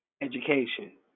education